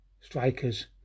strikers